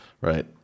right